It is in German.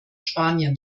spanien